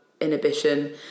inhibition